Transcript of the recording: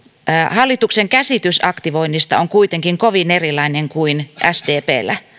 hallituksen käsitys aktivoinnista on kuitenkin kovin erilainen kuin sdpllä